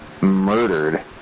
murdered